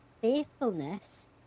faithfulness